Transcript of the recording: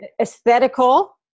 aesthetical